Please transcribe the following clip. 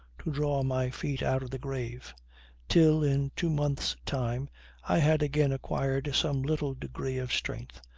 to draw my feet out of the grave till in two months' time i had again acquired some little degree of strength,